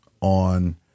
on